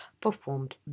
performed